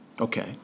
Okay